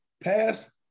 pass